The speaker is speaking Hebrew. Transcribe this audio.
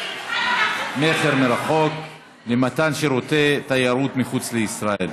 מכר מרחוק למתן שירותי תיירות מחוץ לישראל),